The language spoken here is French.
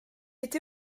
été